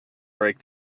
break